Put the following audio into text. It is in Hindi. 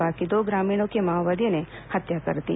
बाकी दो ग्रामीणों की माओवादियों ने हत्या कर दी